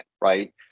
right